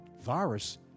virus